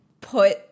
put